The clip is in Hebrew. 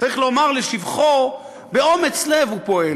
צריך לומר לשבחו, באומץ לב הוא פועל.